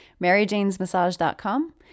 maryjanesmassage.com